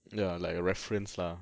ya like a reference lah